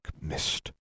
mist